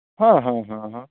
ᱦᱮᱸ ᱦᱮᱸ ᱦᱮᱸ ᱦᱮᱸ